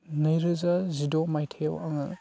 नैरोजा जिद' मायथाइआव आङो